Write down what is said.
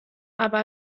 aber